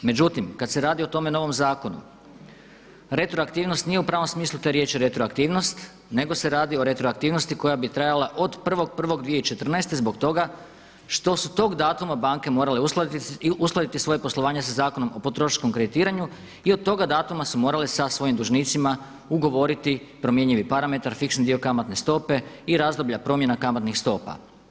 Međutim, kad se radi o tome novom zakonu retroaktivnost nije u pravom smislu te riječi retroaktivnost nego se radi o retroaktivnosti koja bi trajala od 1.1.2014. zbog toga što su tog datuma banke morale uskladiti svoje poslovanje sa Zakonom o potrošačkom kreditiranju i od toga datuma su morale sa svojim dužnicima ugovoriti promjenjivi parametar, fiksni dio kamatne stope i razdoblja promjena kamatnih stopa.